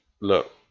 look